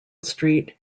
street